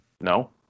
No